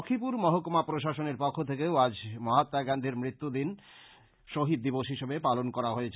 লক্ষীপুর মহকুমা প্রশাসনের পক্ষ থেকেও আজ মহাত্মা গান্ধীর মৃত্যু দিন শহীদ দিবস হিসেবে পালন করা হয়েছে